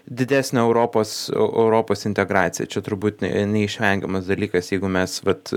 didesnę europos europos integraciją čia turbūt neišvengiamas dalykas jeigu mes vat